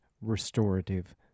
restorative